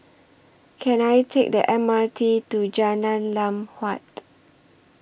Can I Take The M R T to Jalan Lam Huat